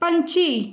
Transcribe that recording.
ਪੰਛੀ